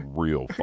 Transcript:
real